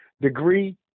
degree